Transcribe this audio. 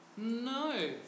no